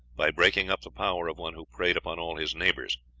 by breaking up the power of one who preyed upon all his neighbors,